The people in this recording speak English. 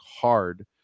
hard